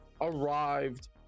arrived